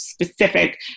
Specific